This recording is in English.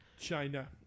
China